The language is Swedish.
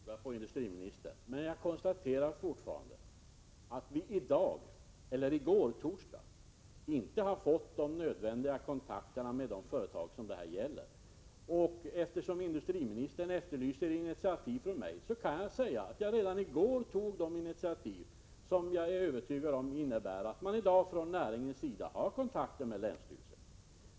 Herr talman! Nej, så är det inte. Jag lyssnar mycket noga på industriministern. Men jag konstaterar återigen att vi så sent som i går, torsdag, inte hade kommit i kontakt — och det är en nödvändighet — med de företag som det här gäller. Eftersom industriministern efterlyser initiativ från min sida, kan jag säga att jag i går tog sådana initiativ som innebär — det är jag övertygad om — att man i dag från näringens sida har kontakter med länsstyrelsen.